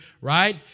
right